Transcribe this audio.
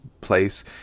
place